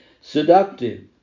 seductive